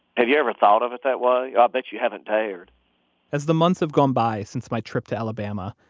have you ever thought of it that way? i ah bet you haven't dared as the months have gone by since my trip to alabama,